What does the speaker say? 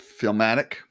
filmatic